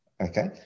Okay